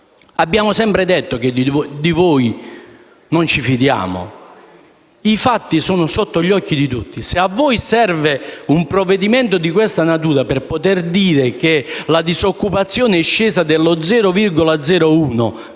abbiamo sempre detto che di voi non ci fidiamo. I fatti sono sotto gli occhi di tutti. Se vi serve un provvedimento di questa natura per dire che la disoccupazione è scesa dello 0,01